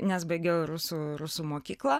nes baigiau rusų rusų mokyklą